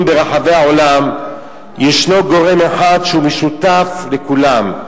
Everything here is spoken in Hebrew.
ברחבי העולם יש גורם אחד שמשותף לכולם,